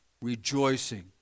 rejoicing